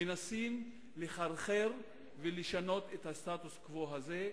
ינסו לחרחר ולשנות את הסטטוס-קוו הזה,